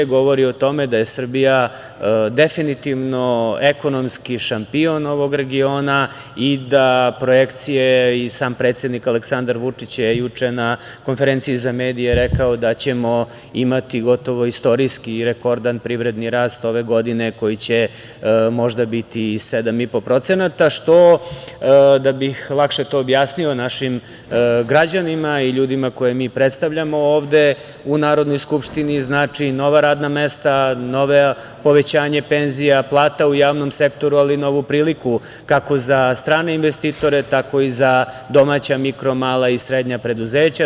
To govori o tome da je Srbija definitivno ekonomski šampion ovog regiona i da projekcije i sam predsednik Aleksandar Vučić je juče na konferenciji za medije rekao da ćemo imati gotovo istorijski rekordan privredni rast ove godine koji će možda i biti 7,5%, što, da bih lakše to objasnio našim građanima i ljudima koje mi predstavljamo ovde u Narodnoj skupštini, znači nova radna mesta, novo povećanje penzija i plata u javnom sektoru, ali i novu priliku kako za strane investitore, tako i za domaća, mikro, mala i srednja preduzeća.